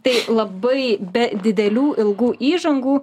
tai labai be didelių ilgų įžangų